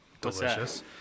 Delicious